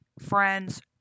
friends